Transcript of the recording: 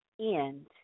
end